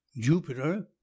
jupiter